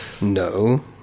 no